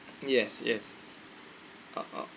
yes yes uh uh